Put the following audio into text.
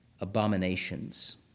abominations